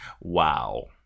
Wow